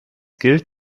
gilt